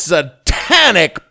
Satanic